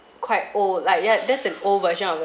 quite old like ya that's an old version of the